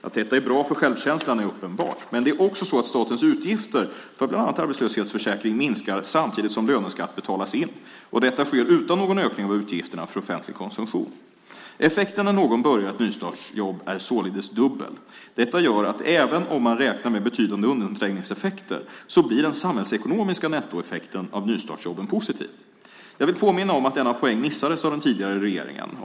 Att detta är bra för självkänslan är uppenbart. Men det är också så att statens utgifter för bland annat arbetslöshetsförsäkring minskar samtidigt som löneskatt betalas in, och detta sker utan någon ökning av utgifterna för offentlig konsumtion. Effekten när någon börjar ett nystartsjobb är således dubbel. Detta gör att även om man räknar med betydande undanträngningseffekter så blir den samhällsekonomiska nettoeffekten av nystartsjobben positiv. Jag vill påminna om att denna poäng missades av den tidigare regeringen.